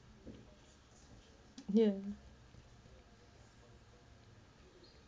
ya